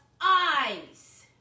eyes